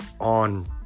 on